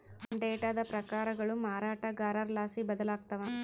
ಡೇಟಾದ ಪ್ರಕಾರಗಳು ಮಾರಾಟಗಾರರ್ಲಾಸಿ ಬದಲಾಗ್ತವ